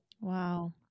Wow